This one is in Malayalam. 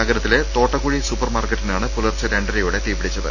നഗരത്തിലെ തോട്ടക്കുഴി സൂപ്പർമാർക്കറ്റിനാണ് പുലർച്ചെ രണ്ടരക്ക് തീപിടിച്ചത്